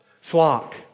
flock